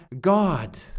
God